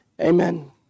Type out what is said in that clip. amen